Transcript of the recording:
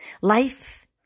Life